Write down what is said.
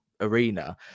arena